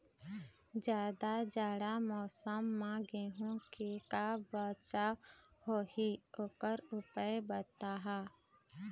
जादा जाड़ा मौसम म गेहूं के का बचाव होही ओकर उपाय बताहा?